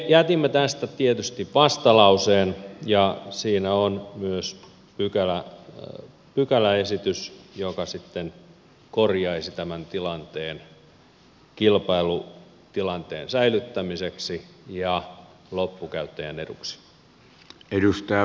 me jätimme tästä tietysti vastalauseen ja siinä on myös pykäläesitys joka sitten korjaisi tämän tilanteen kilpailutilanteen säilyttämiseksi ja loppukäyttäjän eduksi